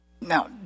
Now